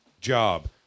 job